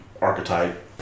archetype